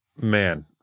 man